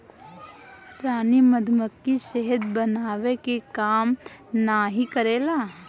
रानी मधुमक्खी शहद बनावे के काम नाही करेले